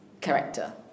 character